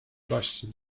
baśni